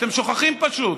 אתם שוכחים, פשוט.